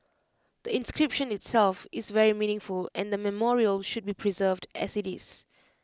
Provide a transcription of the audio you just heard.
the inscription itself is very meaningful and the memorial should be preserved as IT is